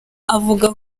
avuga